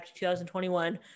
2021